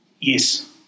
yes